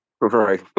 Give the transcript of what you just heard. right